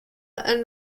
and